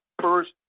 first